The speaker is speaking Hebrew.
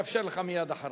אני אאפשר לך מייד אחריו.